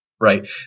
Right